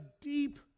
deep